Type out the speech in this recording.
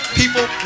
people